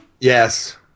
Yes